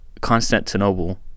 Constantinople